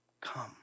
come